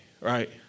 right